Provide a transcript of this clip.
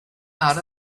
out